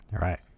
Right